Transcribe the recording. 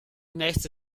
nächste